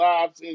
Lives